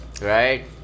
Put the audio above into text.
Right